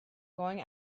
going